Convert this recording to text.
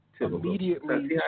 Immediately